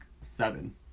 seven